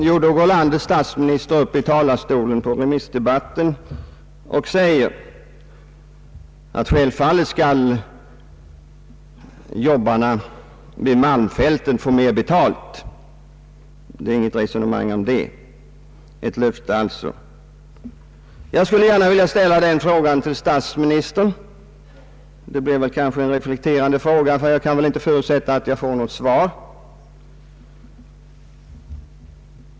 Jo, då går landets statsminister upp i talarstolen under remissdebatten och säger, att självfallet skall jobbarna vid malmfälten få mer betalt — det är inget resonemang om det. Det är alltså ett klart löfte. Jag skulle gärna vilja ställa en fråga till statsministern. Det blir kanske en retorisk fråga, ty jag kan väl inte förutsätta att jag får något svar.